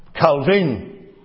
Calvin